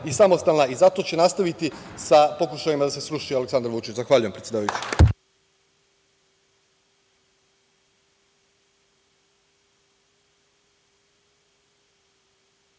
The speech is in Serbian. i samostalna i zato će nastaviti sa pokušajima da se sruši Aleksandar Vučić. Zahvaljujem, predsedavajući.